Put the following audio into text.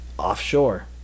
offshore